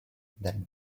that